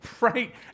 Right